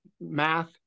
math